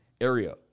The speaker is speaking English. area